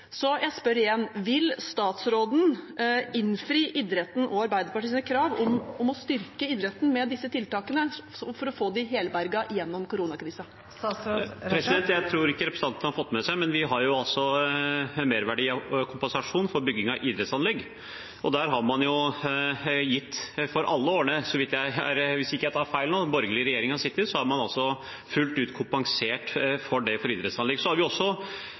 Så jeg spør igjen: Vil statsråden innfri idrettens og Arbeiderpartiets krav om å styrke idretten med disse tiltakene for å få dem helberget gjennom koronakrisen? Jeg tror ikke representanten har fått det med seg, men vi har en merverdikompensasjon for bygging av idrettsanlegg, og der har man, hvis jeg ikke tar feil, alle de årene den borgerlige regjeringen har sittet, fullt ut kompensert for det for idrettsanlegg. Vi varslet jo at vi ville ha en opptrapping, opptil 1,8 mrd. kr, når det gjelder momskompensasjon, og det har vi også